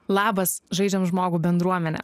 labas žaidžiam žmogų bendruomene